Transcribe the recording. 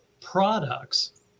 products